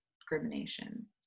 discrimination